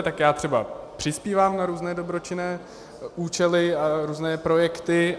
Tak já třeba přispívám na různé dobročinné účely a různé projekty.